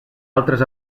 altres